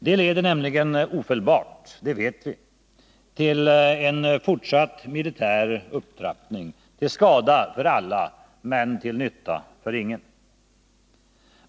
Detleder nämligen ofelbart — det vet vi — till en fortsatt militär upptrappning, till skada för alla men till nytta för ingen.